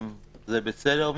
אם זה בסדר מבחינתכם?